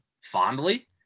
fondly